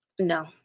No